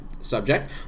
subject